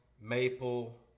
maple